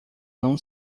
não